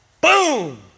Boom